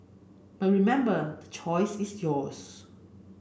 but remember the choice is yours